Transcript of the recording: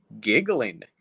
giggling